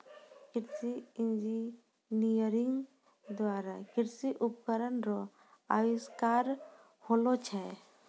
कृषि इंजीनियरिंग द्वारा कृषि उपकरण रो अविष्कार होलो छै